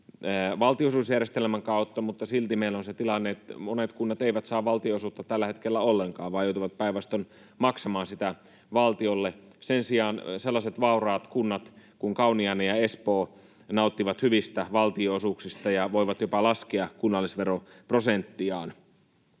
valtionosuusjärjestelmän kautta, niin silti meillä on se tilanne, että monet kunnat eivät saa valtionosuutta tällä hetkellä ollenkaan vaan joutuvat päinvastoin maksamaan sitä valtiolle. Sen sijaan sellaiset vauraat kunnat kuin Kauniainen ja Espoo nauttivat hyvistä valtionosuuksista ja voivat jopa laskea kunnallisveroprosenttiaan.